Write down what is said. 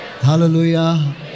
Hallelujah